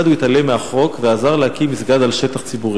הוא התעלם מהחוק ועזר להקים מסגד על שטח ציבורי.